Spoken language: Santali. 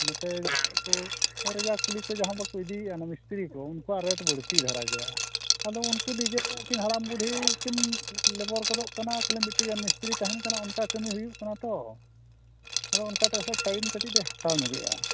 ᱱᱚᱛᱮ ᱡᱟᱦᱟᱸ ᱫᱚᱠᱚ ᱤᱫᱤᱭᱮᱜᱼᱟ ᱚᱱᱟ ᱢᱤᱥᱛᱨᱤ ᱠᱚ ᱩᱱᱠᱩᱣᱟᱜ ᱨᱮᱹᱴ ᱵᱟᱹᱲᱛᱤ ᱫᱷᱟᱨᱟ ᱜᱮᱭᱟ ᱟᱫᱚ ᱩᱱᱠᱩ ᱱᱤᱡᱮ ᱛᱮ ᱠᱤ ᱩᱱᱠᱤᱱ ᱦᱟᱲᱟᱢ ᱵᱩᱲᱦᱤ ᱠᱤᱱ ᱞᱮᱵᱟᱨ ᱜᱚᱫᱚᱜ ᱠᱟᱱᱟ ᱠᱷᱟᱹᱞᱤ ᱢᱤᱫᱴᱤᱡ ᱟᱨ ᱢᱤᱥᱛᱨᱤ ᱛᱟᱦᱮᱱ ᱠᱟᱱᱟ ᱚᱱᱠᱟ ᱠᱟᱹᱢᱤ ᱦᱩᱭᱩᱜ ᱠᱟᱱᱟ ᱛᱚ ᱟᱫᱚ ᱚᱱᱠᱟᱛᱮ ᱴᱟᱭᱤᱢ ᱠᱟᱹᱴᱤᱡ ᱮ ᱦᱟᱛᱟᱣ ᱧᱚᱜᱮᱜᱼᱟ